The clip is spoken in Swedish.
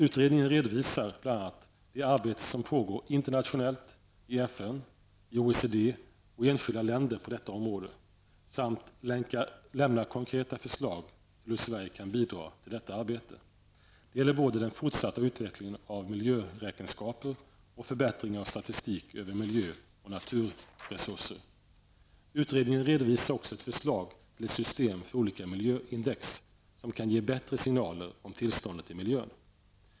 Utredningen redovisar bl.a. det arbete som pågår internationellt i FN, i OECD och i enskilda länder på detta område samt lämnar konkreta förslag till hur Sverige kan bidra till detta arbete. Det gäller både den fortsatta utvecklingen av miljöräkenskaper och förbättringen av statistiken över miljö och naturresurser. Utredningen redovisar också ett förslag till ett system för olika miljöindex, som kan ge bättre signaler om tillståndet i miljön.